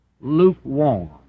lukewarm